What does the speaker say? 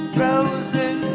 Frozen